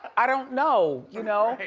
i don't know. you know.